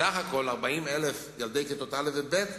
בסך הכול 40,000 ילדי כיתות א' וב'